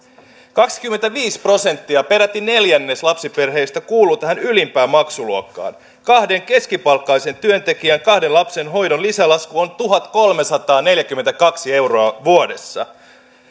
kaksikymmentäviisi prosenttia peräti neljännes lapsiperheistä kuuluu tähän ylimpään maksuluokkaan kahden keskipalkkaisen työntekijän kahden lapsen hoidon lisälasku on tuhatkolmesataaneljäkymmentäkaksi euroa vuodessa